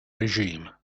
regime